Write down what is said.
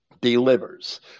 delivers